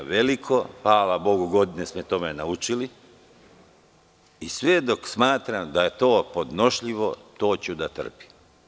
Hvala bogu, godine su me tome naučile i sve dok smatram da je to podnošljivo, to ću da trpim.